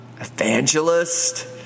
evangelist